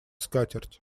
скатерть